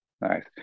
Nice